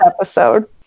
episode